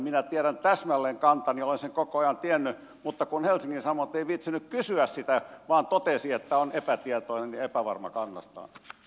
minä tiedän täsmälleen kantani ja olen sen koko ajan tiennyt mutta kun helsingin sanomat ei viitsinyt kysyä sitä vaan totesi että on epätietoinen ja epävarma kannastaan